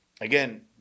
Again